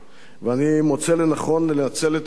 ואני מוצא לנכון לנצל את הבמה,